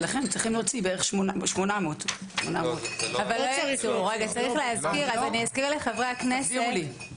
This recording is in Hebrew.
ולכן הם צריכים להוציא 800. אני אזכיר לחברי הכנסת.